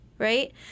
Right